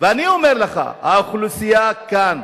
ואני אומר לך, האוכלוסייה כאן,